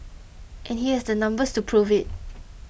and he has the numbers to prove it